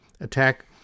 attack